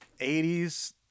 80s